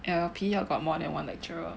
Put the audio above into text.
L_L_P or got more than one lecturer